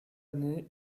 année